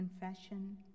confession